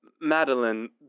Madeline